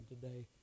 today